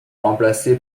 remplacé